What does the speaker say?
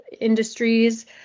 industries